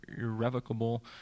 irrevocable